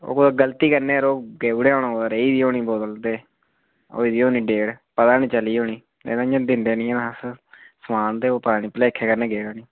ओह् कुदै गलती कन्नै यरो गेई ओड़ेआ होना रेही कुदै बोतल होई दी होनी डेट पता ई नेईं चली नेईं तां इंया दिंदे निं हैन अस समान ते ओह् पता निं भलेखे कन्नै गेदा उठी